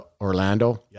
Orlando